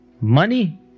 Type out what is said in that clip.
Money